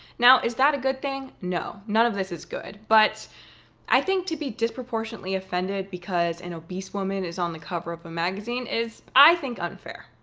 now, is that a good thing? no, none of this is good. but i think to be disproportionately offended because an obese woman is on the cover of a magazine is, i think, unfair.